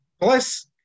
plus